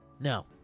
no